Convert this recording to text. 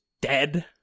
dead